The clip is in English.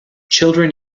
children